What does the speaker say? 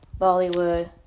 Bollywood